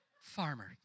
Farmer